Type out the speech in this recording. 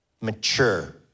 mature